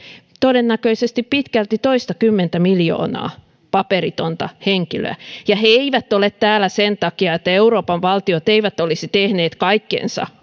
todennäköisesti pitkälti toistakymmentä miljoonaa paperitonta henkilöä ja he eivät ole täällä sen takia että euroopan valtiot eivät olisi tehneet kaikkeansa